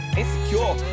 insecure